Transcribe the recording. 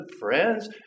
friends